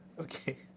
Okay